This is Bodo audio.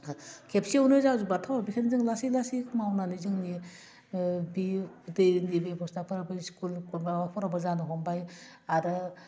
खेबसेयावनो जाजोबाथ' बेखायनो जों लासै लासै मावनानै जोंनि बि दै दैनि बेब'स्थाफोरबो स्कुल माबाफोरावबो जानो हमबाय आरो